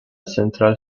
central